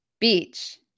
Beach